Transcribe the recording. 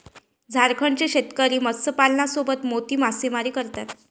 झारखंडचे शेतकरी मत्स्यपालनासोबतच मोती मासेमारी करतात